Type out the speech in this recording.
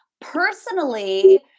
personally